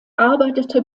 arbeitete